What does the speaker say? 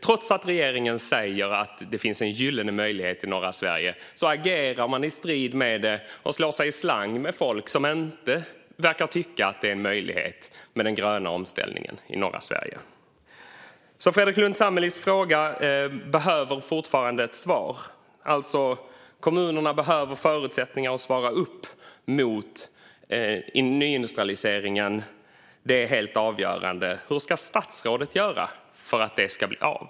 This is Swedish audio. Trots att regeringen säger att det finns en gyllene möjlighet i norra Sverige agerar man i strid med det och slår sig i slang med folk som inte verkar tycka att det är en möjlighet med den gröna omställningen i norra Sverige. Det behövs fortfarande ett svar på Fredrik Lundh Sammelis fråga. Kommunerna behöver förutsättningar att svara upp mot nyindustrialiseringen. Det är helt avgörande. Hur ska statsrådet göra för att det ska bli av?